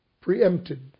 preempted